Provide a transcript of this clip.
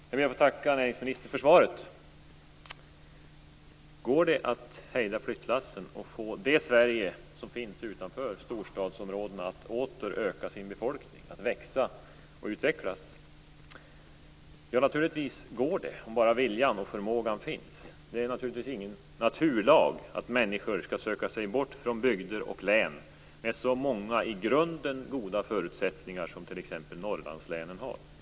Herr talman! Jag ber att få tacka näringsministern för svaret. Går det att hejda flyttlassen och få det Sverige som finns utanför storstadsområdena att åter öka sin befolkning, växa och utvecklas? Ja, naturligtvis går det om bara viljan och förmågan finns. Det är naturligtvis ingen naturlag att människor skall söka sig bort från bygder och län med så många i grunden goda förutsättningar, som t.ex. Norrlandslänen har.